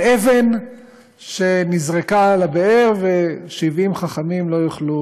אבן שנזרקה לבאר ו-70 חכמים לא יוכלו